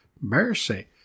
mercy